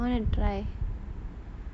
I want to try